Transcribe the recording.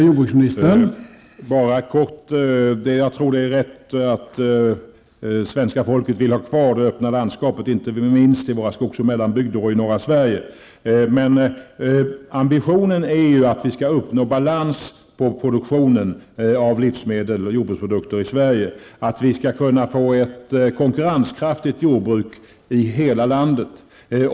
Herr talman! Bara helt kort: Jag tror att det är rätt att svenska folket vill ha kvar det öppna landskapet, inte minst i våra skogs och mellanbygder samt i norra Sverige. Men ambitionen är ju den att vi skall uppnå balans i produktionen av livsmedel och jordbruksprodukter i Sverige och att vi skall kunna få ett konkurrenskraftigt jordbruk i hela landet.